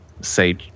say